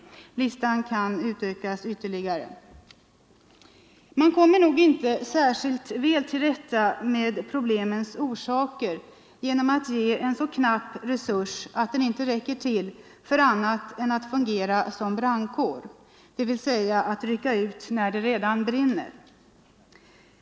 Listan kan utökas ytterligare. Man kommer inte till rätta med dessa problems orsaker genom att ge så knappa resurser att de inte gör det möjligt för skolpsykologerna att fungera som annat än brandkår, dvs. rycka ut när det redan brinner.